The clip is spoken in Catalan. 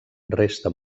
resta